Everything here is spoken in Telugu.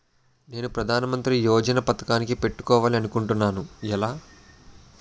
నేను ప్రధానమంత్రి యోజన పథకానికి పెట్టుకోవాలి అనుకుంటున్నా ఎలా?